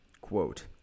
quote